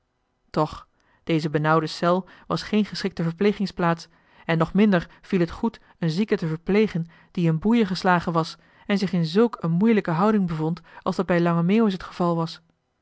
toch deze benauwde cel was geen geschikte verplegingsplaats en nog minder viel het goed een zieke te verplegen die in boeien geslagen was en zich in zulk een moeilijke houding bevond als dat bij lange meeuwis het geval was